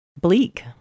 bleak